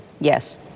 Yes